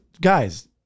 guys